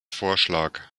vorschlag